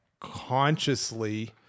consciously